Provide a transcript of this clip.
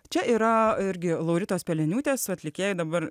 čia yra irgi lauritos peleniūtės atlikėjai dabar